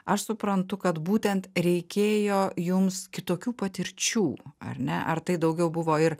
aš suprantu kad būtent reikėjo jums kitokių patirčių ar ne ar tai daugiau buvo ir